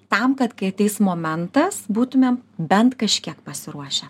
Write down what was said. tam kad kai ateis momentas būtumėm bent kažkiek pasiruošę